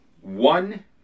one